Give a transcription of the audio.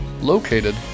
located